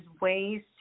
ways